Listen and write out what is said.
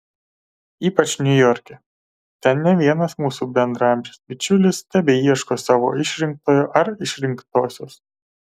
ypač niujorke ten ne vienas mūsų bendraamžis bičiulis tebeieško savo išrinktojo ar išrinktosios